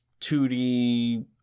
2D